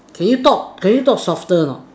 can you talk can you talk softer not